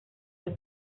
los